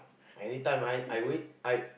anytime I I wait I